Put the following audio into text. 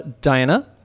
Diana